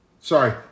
Sorry